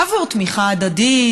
עבור תמיכה הדדית,